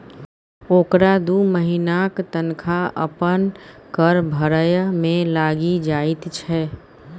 ओकरा दू महिनाक तनखा अपन कर भरय मे लागि जाइत छै